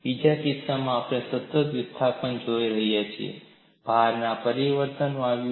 બીજા કિસ્સામાં આપણે સતત વિસ્થાપન જોઈ રહ્યા હતા ભારમાં પરિવર્તન આવ્યું